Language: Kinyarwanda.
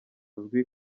uzwi